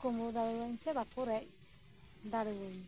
ᱠᱩᱢᱲᱩ ᱫᱟᱲᱤᱭᱟᱹᱧ ᱥᱮ ᱵᱟᱠᱩ ᱨᱮᱡᱫᱟᱲᱤᱭᱟᱹᱧ